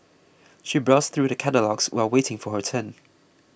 she browsed through the catalogues while waiting for her turn